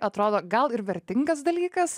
atrodo gal ir vertingas dalykas